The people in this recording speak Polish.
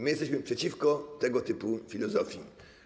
My jesteśmy przeciwko tego typu filozofii.